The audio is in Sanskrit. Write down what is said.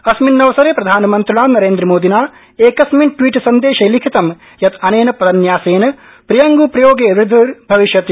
अस्मिन्नवसरे प्रधानमन्त्रिणा नरेन्द्र मोदिना एकस्मिन् ट्वीट सन्देशे लिखितं यत् अनेन पदन्यासेन प्रियंग् प्रयोगे वृद्धिर्भविष्यति